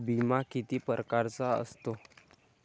बिमा किती परकारचा असतो?